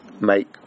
make